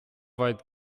weit